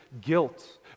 guilt